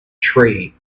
tree